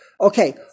Okay